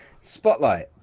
Spotlight